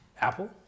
Apple